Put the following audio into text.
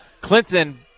Clinton